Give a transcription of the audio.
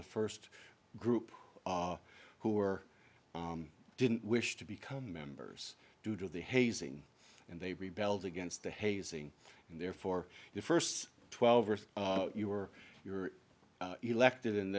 the first group who were didn't wish to become members due to the hazing and they rebelled against the hazing and therefore the first twelve years you were you're elected and